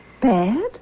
Bad